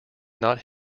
not